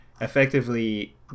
Effectively